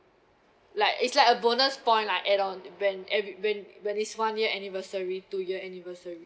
like it's like a bonus point lah add on when and when when this one year anniversary two year anniversary